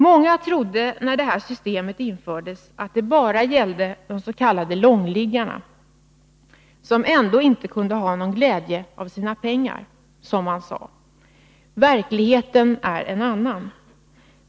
Många trodde när det här systemet infördes att det bara gällde de s.k. långliggarna, som ändå inte kunde ha någon glädje av sina pengar, som man sade. Verkligheten är en annan.